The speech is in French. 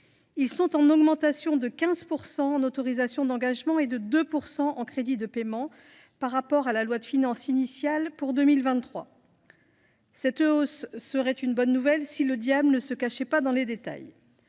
sont en augmentation de 15 % en autorisations d’engagement et de 2 % en crédits de paiement par rapport à la loi de finances initiale pour 2023. Cette hausse serait une bonne nouvelle si le diable ne se cachait pas dans les détails…